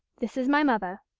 this is my mother.